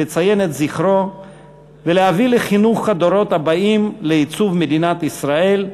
לציין את זכרו ולהביא לחינוך הדורות הבאים ולעיצוב מדינת ישראל,